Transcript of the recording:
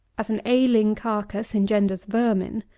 as an ailing carcass engenders vermin,